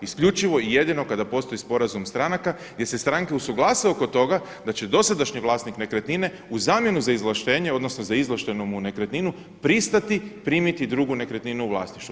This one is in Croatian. Isključivo i jedino kada postoji sporazum stranaka gdje se strane usuglase oko toga da će dosadašnji vlasnik nekretnine u zamjenu za izvlaštenje odnosno za izvlaštenu mu nekretninu pristati primiti drugu nekretninu u vlasništvo.